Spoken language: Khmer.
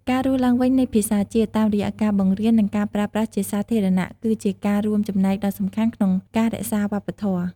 ការរស់ឡើងវិញនៃភាសាជាតិ តាមរយៈការបង្រៀន និងការប្រើប្រាស់ជាសាធារណៈគឺជាការរួមចំណែកដ៏សំខាន់ក្នុងការរក្សាវប្បធម៌។